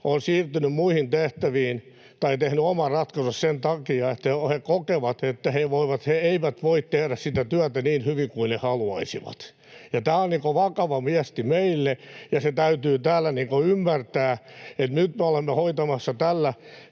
on siirtynyt muihin tehtäviin tai tehnyt oman ratkaisunsa sen takia, että he kokevat, että he eivät voi tehdä sitä työtä niin hyvin kuin he haluaisivat. Tämä on vakava viesti meille, ja se täytyy täällä ymmärtää, että nyt me olemme hoitamassa tällä